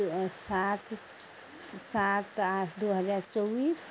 सात सात आठ दू हजार चौबीस